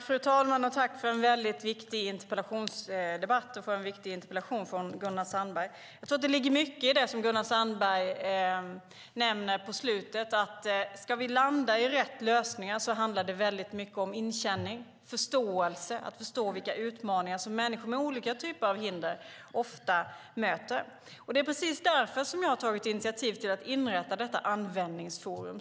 Fru talman! Tack för en viktig interpellationsdebatt, Gunnar Sandberg! Jag tror att det ligger mycket i det som Gunnar Sandberg säger på slutet. Ska vi landa i rätt lösningar handlar det mycket om inkänning och förståelse - att förstå vilka utmaningar människor med olika typer av hinder ofta möter. Det är precis därför jag har tagit initiativ till att inrätta detta Användningsforum.